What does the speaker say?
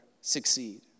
succeed